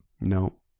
No